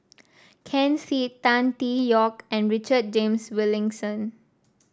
Ken Seet Tan Tee Yoke and Richard James Wilkinson